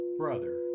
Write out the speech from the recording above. brother